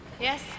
yes